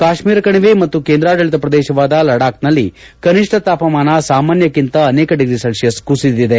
ಕಾತೀರ ಕಣಿವೆ ಮತ್ತು ಕೇಂದ್ರಾಡಳತ ಪ್ರದೇಶವಾದ ಲಡಾಕ್ನಲ್ಲಿ ಕನಿಷ್ಣ ತಾಪಮಾನ ಸಾಮಾನ್ಲಕ್ಷಿಂತ ಅನೇಕ ಡಿಗ್ರಿ ಸೆಲ್ಲಿಯಸ್ ಕುಸಿದಿದೆ